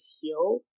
heal